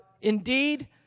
Indeed